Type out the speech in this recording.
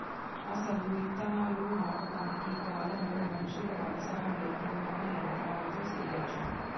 అసలు ఇత్తనాలు నాటటానికి ఈ కాలంలో మనుషులు అవసరం లేకుండానే యంత్రాలతో సెయ్యచ్చు